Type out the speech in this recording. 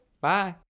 Bye